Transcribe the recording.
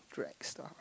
drag star